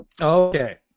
Okay